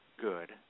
good